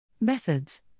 Methods